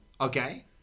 Okay